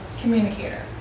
communicator